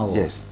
yes